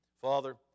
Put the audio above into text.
Father